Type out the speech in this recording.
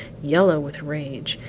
yellow with rage,